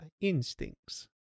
instincts